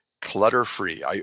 clutter-free